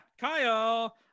Kyle